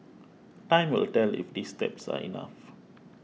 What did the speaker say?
time will tell if these steps are enough